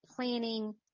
planning